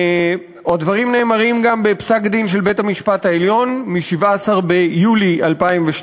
דברים נאמרים גם בפסק-דין של בית-המשפט העליון מ-17 ביולי 2012: